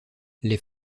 les